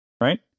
Right